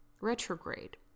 retrograde